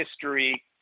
history